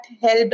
helped